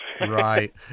Right